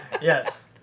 Yes